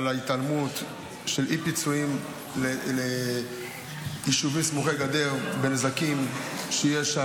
על ההתעלמות ואי-תשלום פיצויים ליישובים סמוכי גדר על נזקים שיש שם.